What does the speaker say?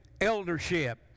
eldership